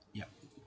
yup